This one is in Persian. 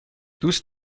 دوست